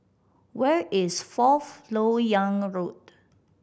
where is Fourth Lok Yang Road